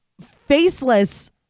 faceless